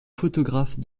photographe